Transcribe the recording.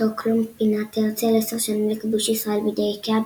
סטוקהולם פינת הרצל עשר שנים לכיבוש ישראל בידי איקאה,